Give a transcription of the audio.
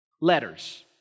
letters